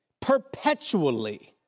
perpetually